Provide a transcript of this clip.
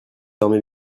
dormez